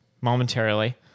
momentarily